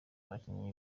abakinyi